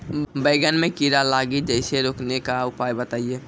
बैंगन मे कीड़ा लागि जैसे रोकने के उपाय बताइए?